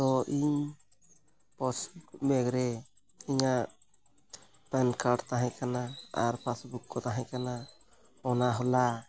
ᱛᱚ ᱤᱧ purse bag ᱨᱮ ᱤᱧᱟᱹᱜ ᱯᱮᱱ ᱠᱟᱨᱰ ᱛᱟᱦᱮᱸ ᱠᱟᱱᱟ ᱟᱨ ᱯᱟᱥᱵᱩᱠ ᱠᱚ ᱛᱟᱦᱮᱸ ᱠᱟᱱᱟ ᱚᱱᱟ ᱦᱚᱞᱟ